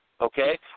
okay